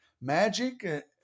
Magic